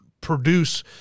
produce